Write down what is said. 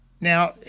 Now